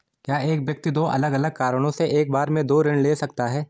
क्या एक व्यक्ति दो अलग अलग कारणों से एक बार में दो ऋण ले सकता है?